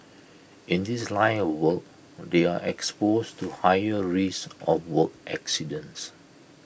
in this line of work they are exposed to higher risk of work accidents